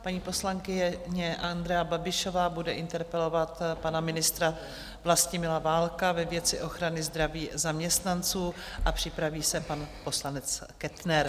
Paní poslankyně Andrea Babišová bude interpelovat pana ministra Vlastimila Válka ve věci ochrany zdraví zaměstnanců a připraví se pan poslanec Kettner.